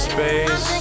Space